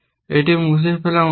এটি মুছে ফেলা উচিত